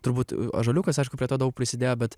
turbūt ąžuoliukas aišku prie to daug prisidėjo bet